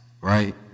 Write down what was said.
right